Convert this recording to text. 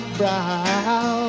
brow